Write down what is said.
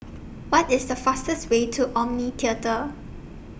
What IS The fastest Way to Omni Theatre